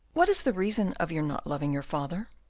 what is the reason of your not loving your father?